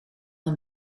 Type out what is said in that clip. een